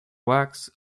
wax